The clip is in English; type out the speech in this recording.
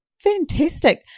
Fantastic